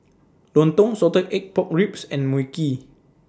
Lontong Salted Egg Pork Ribs and Mui Kee